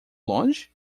longe